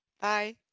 bye